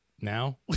now